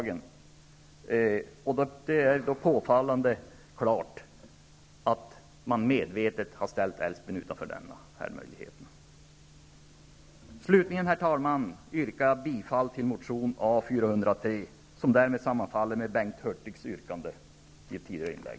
Det är påfallande klart att Älvsbyn har ställts utanför. Herr talman! Jag yrkar bifall till motion A403, som därmed sammanfaller med Bengt Hurtigs yrkande i tidigare inlägg.